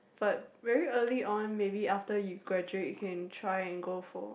but very early on maybe after you graduate you can try and go for